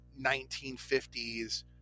1950s